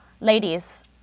Ladies